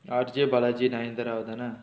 R_J balaji nayanthara வ தான:va thaana